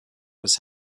was